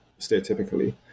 stereotypically